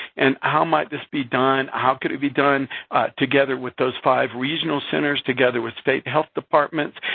and how might this be done? how can it be done together with those five regional centers, together with state health departments?